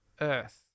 Earth